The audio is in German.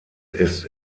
ist